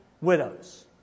widows